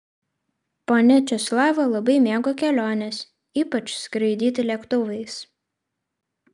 ponia česlava labai mėgo keliones ypač skraidyti lėktuvais